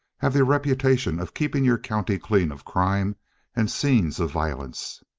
have the reputation of keeping your county clean of crime and scenes of violence.